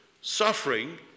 suffering